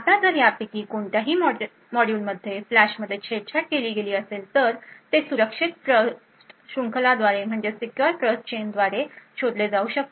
आता जर यापैकी कोणत्याही मॉड्यूलमध्ये फ्लॅशमध्ये छेडछाड केली गेली असेल तर ते सुरक्षित ट्रस्ट शृंखलाद्वारे हे शोधले जाऊ शकते